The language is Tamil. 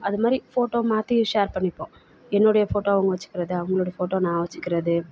அது மாதிரி ஃபோட்டோ மாற்றி ஷேர் பண்ணிப்போம் என்னுடைய ஃபோட்டோ அவங்க வச்சுக்கிறது அவர்களுடைய ஃபோட்டோ நான் வச்சுக்கிறது